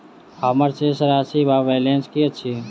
हम्मर शेष राशि वा बैलेंस की अछि?